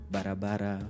Barabara